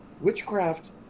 witchcraft